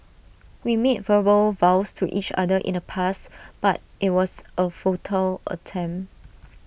we made verbal vows to each other in the past but IT was A futile attempt